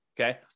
okay